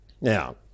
Now